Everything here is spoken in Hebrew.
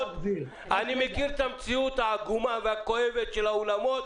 שאני מכיר את המציאות העגומה והכואבת של האולמות